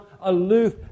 aloof